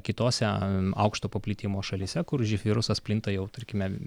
kitose aukšto paplitimo šalyse kur živ virusas plinta jau tarkime